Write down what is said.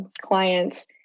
clients